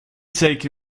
take